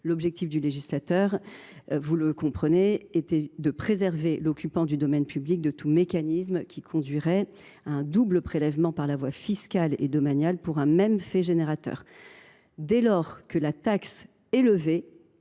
public ». Le législateur a ainsi entendu préserver l’occupant du domaine public de tout mécanisme qui conduirait à un double prélèvement, par la voie fiscale et domaniale, pour un même fait générateur : dès lors que la taxe est levée,